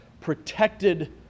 protected